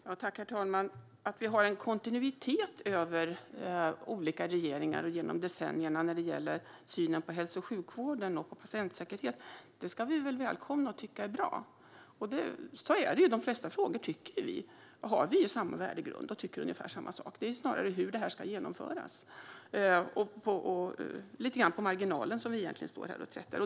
Herr talman! Att vi har kontinuitet över olika regeringar och genom decennierna när det gäller synen på hälso och sjukvården och patientsäkerheten ska vi väl välkomna och tycka är bra. Så är det - i de flesta frågor har vi samma värdegrund och tycker ungefär samma sak. Det är snarare om hur det här ska genomföras och lite grann i marginalen som vi står här och träter.